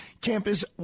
campus